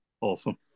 Awesome